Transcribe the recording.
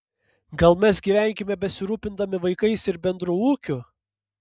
gal mes gyvenkime besirūpindami vaikais ir bendru ūkiu